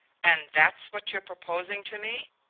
and that's what you're proposing to me?